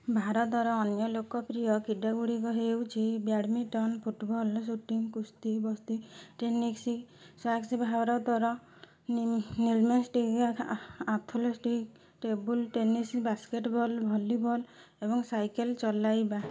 ଭାରତର ଅନ୍ୟ ଲୋକପ୍ରିୟ କ୍ରୀଡ଼ାଗୁଡ଼ିକ ହେଉଛି ବ୍ୟାଡ଼ମିଣ୍ଟନ ଫୁଟବଲ ସୁଟିଂ କୁସ୍ତି ବକ୍ସିଂ ଟେନିସ୍ ସ୍କ୍ୱାସ୍ ଭାରତର gymnastic athletic table tennis basketball volleyball ଏବଂ ସାଇକେଲ୍ ଚଲାଇବା